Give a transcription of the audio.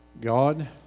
God